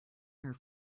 here